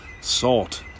Salt